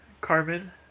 Carmen